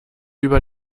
über